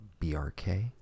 brk